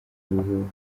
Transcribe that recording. ubuhuha